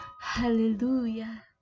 Hallelujah